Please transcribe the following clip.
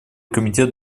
комитет